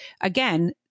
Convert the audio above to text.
again